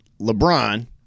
LeBron